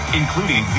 including